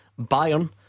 Bayern